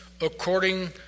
according